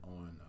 on